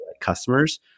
customers